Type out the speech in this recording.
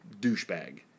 douchebag